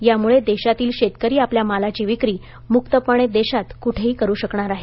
यामुळे देशांतील शेतकरी आपल्या मालाची विक्री मुक्तपणे देशांत कुठेही करु शकणार आहेत